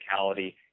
physicality